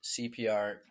CPR